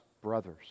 brothers